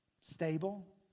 stable